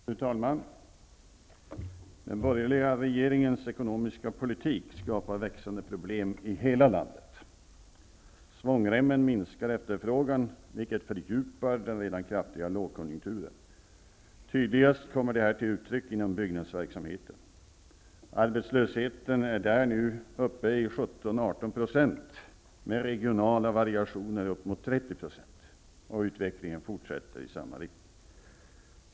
Fru talman! Den borgerliga regeringens ekonomiska politik skapar växande problem i hela landet. Svångremmen minskar efterfrågan, vilket fördjupar den redan kraftiga lågkonjunkturen. Tydligast kommer detta till uttryck inom byggnadsverksamheten. Där är arbetslösheten nu uppe i 17--18 %, med regionala variationer uppemot 30 %. Och utvecklingen fortsätter i samma riktning.